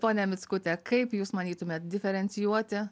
ponia mickute kaip jūs manytumėt diferencijuoti